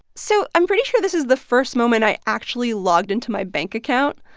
so i'm pretty sure this is the first moment i actually logged into my bank account.